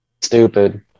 stupid